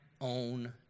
own